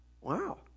Wow